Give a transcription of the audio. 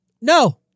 No